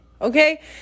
okay